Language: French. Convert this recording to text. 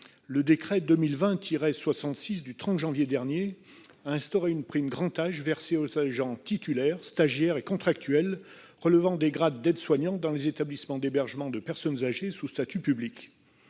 Le décret n° 2020-66 du 30 janvier dernier a instauré une prime « grand âge », versée aux agents titulaires, stagiaires et contractuels relevant des grades d'aide-soignant dans les établissements d'hébergement pour personnes âgées dépendantes,